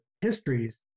histories